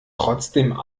trotzdem